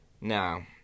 Now